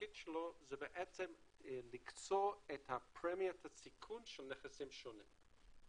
התפקיד שלו זה בעצם להקצות את פרמיית הסיכון של נכסים שונים,